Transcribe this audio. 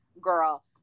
girl